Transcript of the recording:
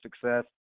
success